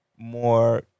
more